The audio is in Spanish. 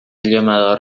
llamado